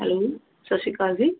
hello Sat Sri Akal ਜੀ